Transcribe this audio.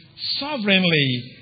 sovereignly